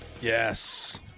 Yes